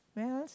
where else